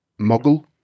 Muggle